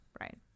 right